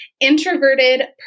introverted